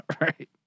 Right